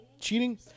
Cheating